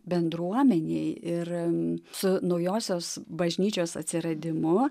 bendruomenėj ir su naujosios bažnyčios atsiradimu